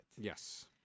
Yes